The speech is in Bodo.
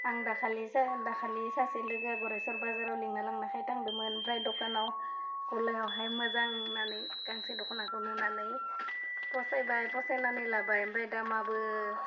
आं दाखालि जाहा दाखालि सासे लोगोआ गरेस्वर बाजाराव लिंना लांनायखाइ थांदोंमोन ओमफ्राय दखानाव गलायावहाय मोजां होनानै गांसे दख'नाखौ नुनानै फसायबाइ फसायनानै लाबाय ओमफ्राय दा माबो